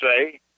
say